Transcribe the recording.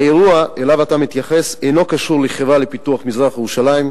האירוע שאליו אתה מתייחס אינו קשור לחברה לפיתוח מזרח-ירושלים,